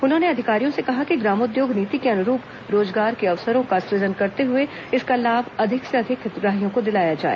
उन्होंने अधिकारियों से कहा कि ग्रामोद्योग नीति के अनुरूप रोजगार के अवसरों का सुजन करते हुए इसका लाभ अधिक से अधिक हितग्राहियों को दिलाया जाए